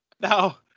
Now